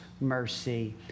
mercy